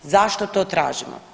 Zašto to tražimo?